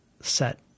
set